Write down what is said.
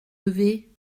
levé